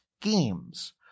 schemes